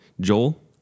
joel